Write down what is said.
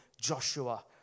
Joshua